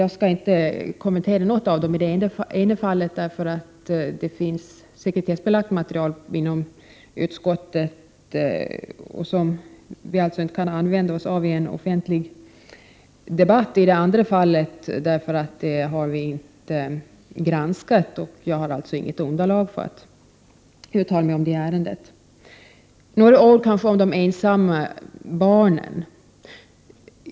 Jag skall inte kommentera något av dem i det ena fallet på grund av att det inom utskottet finns sekretessbelagt material, som inte kan användas vid en offentlig debatt, och i det andra fallet på grund av att utskottet inte har granskat det, och det finns därför inget underlag för att uttala sig om detta ärende. Jag vill däremot tala något om de ensamma barnen.